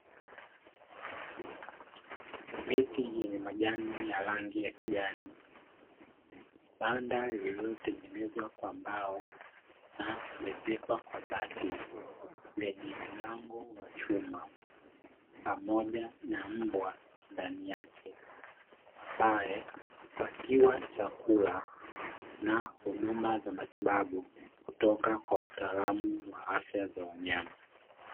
Mti wenye majani ya rangi ya kijani. Banda lolote linajengwa kwa mbao na kuezekwa kwa bati. Lenye mlango wa chuma, pamoja na mbwa ndani yake, ambaye hupewa chakula na huduma za matibabu kutoka kwa mtaalamu wa afya za wanyama."